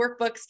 workbooks